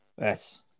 yes